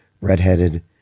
red-headed